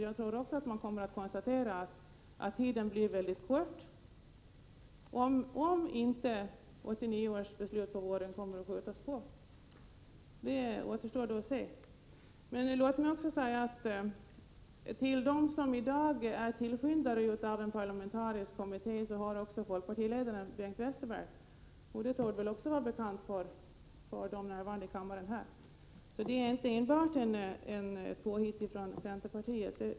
Jag tror också att den kommer att konstatera att tiden för dess arbete blir mycket kort, såvida man inte senarelägger det beslut som skall fattas på våren 1989. Detta återstår dock att se. Till dem som i dag är tillskyndare av en parlamentarisk kommitté hör — vilket torde vara bekant för kammarens ledamöter — också folkpartiledaren Bengt Westerberg. Det är alltså inte bara fråga om ett påhitt av centerpartiet.